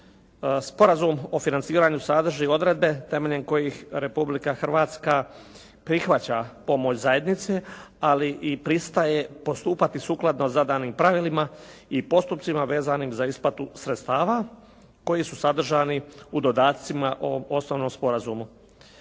Sporazum o financiranju sadrži odredbe temeljem kojih Republika Hrvatska prihvaća pomoć zajednice ali i pristaje postupati sukladno zadanim pravilima i postupcima vezanim za isplatu sredstava koji su sadržani u dodacima o osnovnom sporazumu.